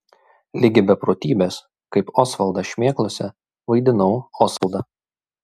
ligi beprotybės kaip osvaldas šmėklose vaidinau osvaldą